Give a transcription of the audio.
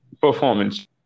performance